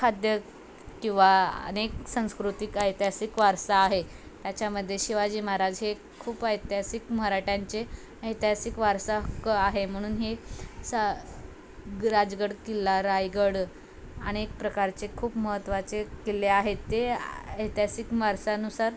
खाद्य किंवा अनेक संस्कृतिक ऐतिहासिक वारसा आहे त्याच्यामध्ये शिवाजी महाराज हे खूप ऐतिहासिक मराठ्यांचे ऐतिहासिक वारसा हक्क आहे म्हणून हे सा ग राजगड किल्ला रायगड अनेक प्रकारचे खूप महत्त्वाचे किल्ले आहेत ते ऐतहासिक वारसानुसार